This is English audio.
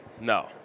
No